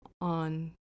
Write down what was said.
on